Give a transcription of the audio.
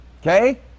Okay